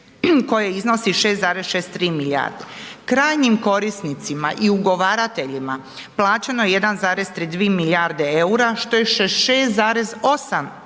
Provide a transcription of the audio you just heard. koje iznosi 6,63 milijarde. Krajnjim korisnicima i ugovarateljima plaćeno je 1,32 milijarde EUR-a što je 66,8%